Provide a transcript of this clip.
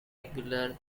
regular